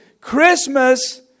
Christmas